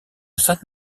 sainte